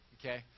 Okay